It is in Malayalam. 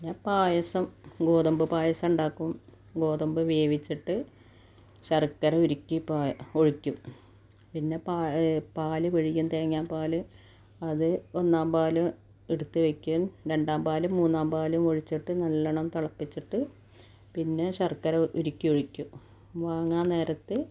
പിന്നെ പായസ്സം ഗോതമ്പ് പായസ്സമുണ്ടാക്കും ഗോതമ്പ് വേവിച്ചിട്ട് ശർക്കര ഉരുക്കി പാ ഒഴിക്കും പിന്നെ പ പാൽ പിഴിഞ്ഞ് തേങ്ങാപ്പാൽ അത് ഒന്നാം പാൽ എടുത്ത് വെയ്ക്കും രണ്ടാം പാലും മൂന്നാം പാലും ഒഴിച്ചിട്ട് നല്ലൊണം തിളപ്പിച്ചിട്ട് പിന്നെ ശർക്കര ഉരുക്കിയൊഴിക്കും വാങ്ങാൻ നേരത്ത്